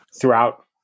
throughout